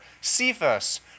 Cephas